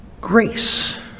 grace